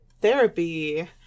therapy